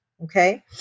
Okay